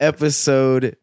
Episode